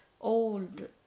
old